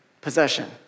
possession